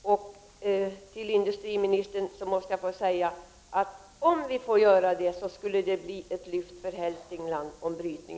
Om brytningen kom i gång, industriministern, skulle det bli ett lyft för Hälsingland.